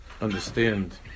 understand